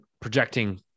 projecting